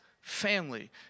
family